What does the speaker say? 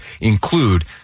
include